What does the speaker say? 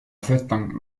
aceptan